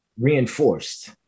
reinforced